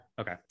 Okay